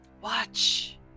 Watch